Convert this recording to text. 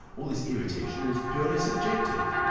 all this irritation is purely subjective.